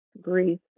grief